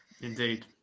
Indeed